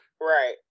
Right